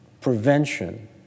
prevention